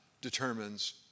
determines